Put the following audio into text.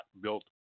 built